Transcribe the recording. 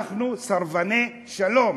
אנחנו סרבני שלום.